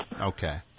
Okay